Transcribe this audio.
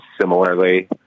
similarly